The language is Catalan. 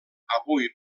avui